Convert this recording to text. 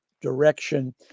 direction